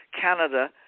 Canada